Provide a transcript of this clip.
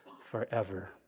forever